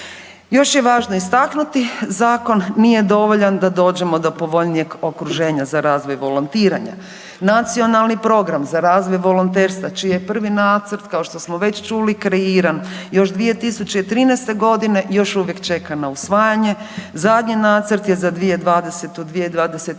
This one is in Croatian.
Još je važno istaknuti, zakon nije dovoljan da dođemo do povoljnijeg okruženja za razvoj volontiranja. Nacionalni program za razvoj volonterstva čiji je prvi nacrt kao što smo već čuli kreiran još 2013.g. još uvijek čeka na usvajanje. Zadnji nacrt je za 2020.-2024.